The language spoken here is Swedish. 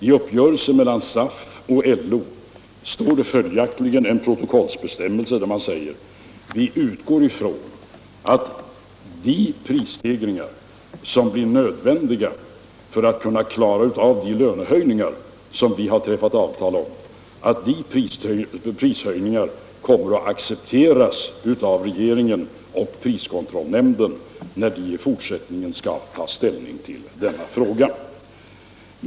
I uppgörelsen mellan SAF och LO fanns det följaktligen en protokollsbestämmelse som säger att man utgår ifrån att de prisstegringar som blir nödvändiga för att kunna klara de lönehöjningar som det träffades avtal om kommer att accepteras av regeringen och priskontrollnämnden, när dessa i fortsättningen skall ta ställning till den här frågan.